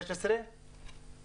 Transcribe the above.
והשייכות שלנו והנאמנות לים.